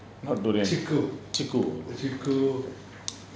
not durian chiku